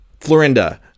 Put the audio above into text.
Florinda